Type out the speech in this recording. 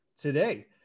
today